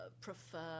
prefer